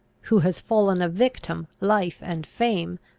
who has fallen a victim, life and fame,